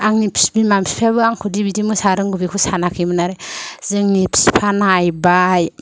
आंनि बिमा बिफायाबो आंखौ बेबादि मोसानो रोंगौ बिखौ सानाखैमोन आरो जोंनि बिफा नायबाय